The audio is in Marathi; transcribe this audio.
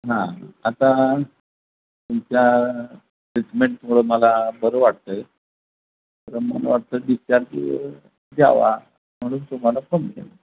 हां आता तुमच्या ट्रीटमेंटमुळं मला बरं वाटतं आहे तर मला वाटतं डिस्चार्ज द्यावा म्हणून तुम्हाला फोन केला